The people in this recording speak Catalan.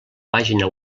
pàgina